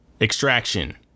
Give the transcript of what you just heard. Extraction